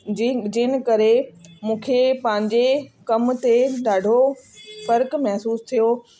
जिन जिन करे मूंखे पंहिंजे कमु ते ॾाढो फ़र्क़ु महसूस थियो